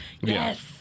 Yes